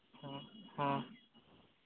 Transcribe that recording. ᱦᱚᱸ ᱦᱚᱸ